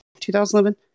2011